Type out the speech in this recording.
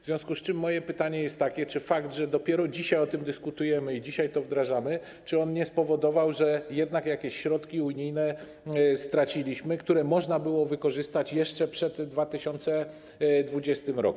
W związku z tym moje pytanie jest takie: Czy fakt, że dopiero dzisiaj o tym dyskutujemy i dzisiaj to wdrażamy, nie spowodował, że jednak jakieś środki unijne straciliśmy, które można było wykorzystać jeszcze przed 2020 r.